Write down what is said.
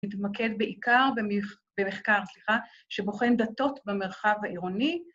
מתמקד בעיקר במחקר, סליחה, שבוחן דתות במרחב העירוני